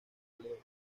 óleo